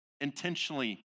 intentionally